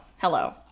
hello